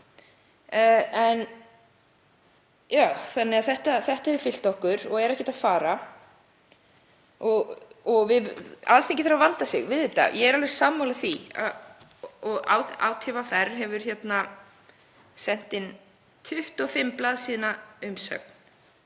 Þetta hefur fylgt okkur og er ekkert að fara og Alþingi þarf að vanda sig við þetta. Ég er alveg sammála því. ÁTVR hefur sent inn 25 blaðsíðna umsögn